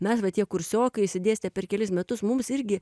mes va tie kursiokai išsidėstę per kelis metus mums irgi